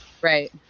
Right